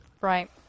Right